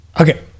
Okay